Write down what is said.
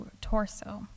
torso